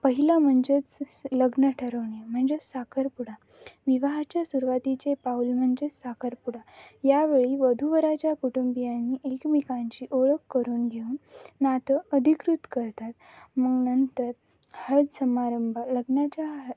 पहिलं म्हणजेच लग्न ठरवणे म्हणजेच साखरपुडा विवाहाच्या सुरुवातीचे पाऊल म्हणजेच साखरपुडा यावेळी वधू वराच्या कुटुंबियांनी एकमेकांची ओळख करून घेऊन नातं अधिकृत करतात मग नंतर हळद समारंभ लग्नाच्या हळद